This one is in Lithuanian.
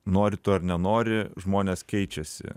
nori to ar nenori žmonės keičiasi